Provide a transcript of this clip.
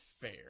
fair